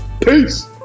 Peace